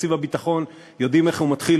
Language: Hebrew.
בתקציב הביטחון יודעים איך הוא מתחיל,